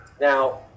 now